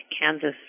Kansas